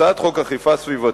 הצעת חוק אכיפה סביבתית,